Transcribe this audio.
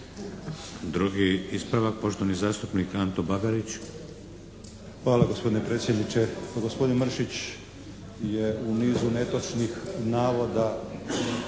Drugi ispravak, poštovani zastupnik Anto Bagarić. **Bagarić, Anto (HDZ)** Hvala gospodine predsjedniče. Gospodin Mršić je u nizu netočnih navoda